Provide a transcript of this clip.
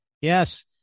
Yes